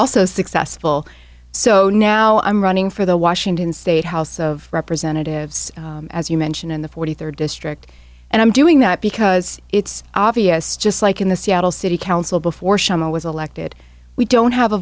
also successful so now i'm running for the washington state house of representatives as you mentioned in the forty third district and i'm doing that because it's obvious just like in the seattle city council before she was elected we don't have a